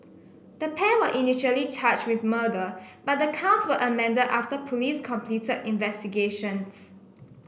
the pair were initially charged with murder but the counts were amended after police completed investigations